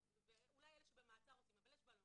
אולי אלה שבמעצר רוצים ויש בעיות,